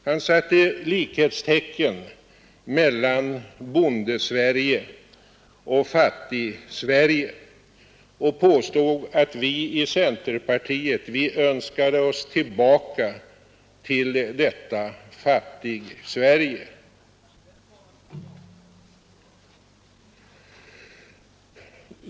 Han satte likhetstecken mellan Bondesverige och Fattigsverige och påstod att vi i centerpartiet önskade oss tillbaka till detta Fattigsverige.